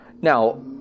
Now